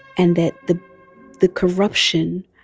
and that the the corruption,